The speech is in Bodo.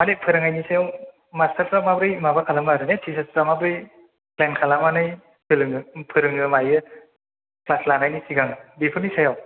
माने फोरोंनायनि सायाव मासथारफ्रा माब्रै माबा खालामो आरो ने थिसार्सफ्रा माब्रै फ्लेन खालामनानै सोलोङो फोरोङो मायो ख्लास लानायनि सिगां बेफोरनि सायाव